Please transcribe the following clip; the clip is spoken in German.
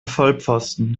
vollpfosten